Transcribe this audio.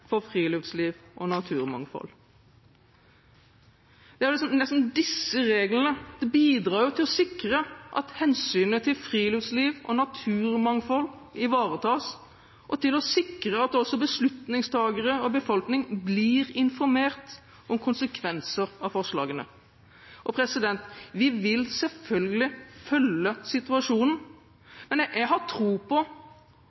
for friluftsliv og naturmangfold. Nettopp disse reglene bidrar til å sikre at hensynet til friluftsliv og naturmangfold ivaretas, og til å sikre at beslutningstakere og befolkning blir informert om konsekvenser av forslagene. Vi vil selvfølgelig følge situasjonen, men jeg har tro på